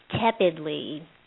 tepidly